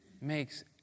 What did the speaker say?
makes